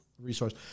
resource